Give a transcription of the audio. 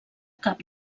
cap